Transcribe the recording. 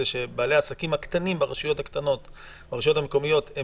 שבעלי העסקים הקטנים ברשויות המקומיות הקטנות